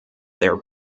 their